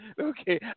Okay